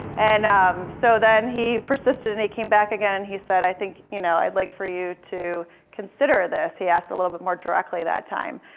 and um so then he persisted, and he came back again and he said i think you know i'd like for you to consider this. he asked a little bit more directly that time.